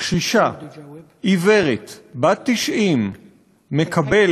קשישה עיוורת בת 90 מקבלת